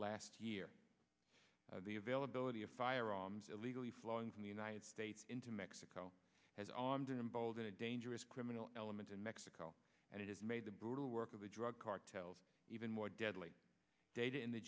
last year the availability of firearms illegally flowing from the united states into mexico has armed an emboldened a dangerous criminal element in mexico and it has made the border work with the drug cartels even more deadly data in the